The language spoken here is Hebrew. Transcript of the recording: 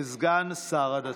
כסגן שר הדתות.